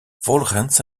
volgens